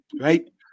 right